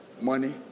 money